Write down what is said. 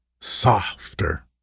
softer